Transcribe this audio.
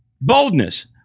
Boldness